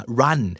run